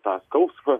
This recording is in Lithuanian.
tą skausmą